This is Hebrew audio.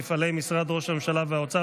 מפעלי משרד ראש הממשלה והאוצר,